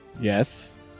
Yes